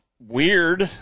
weird